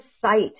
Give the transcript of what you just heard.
sight